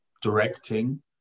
directing